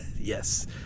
Yes